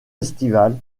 estivale